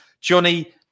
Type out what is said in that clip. Johnny